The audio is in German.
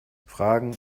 fragen